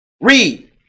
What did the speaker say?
Read